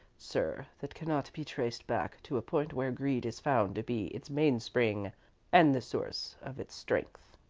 sir, that cannot be traced back to a point where greed is found to be its main-spring and the source of its strength.